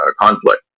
conflict